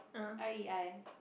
R E I